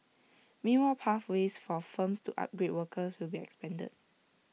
mean pathways for firms to upgrade workers will be expanded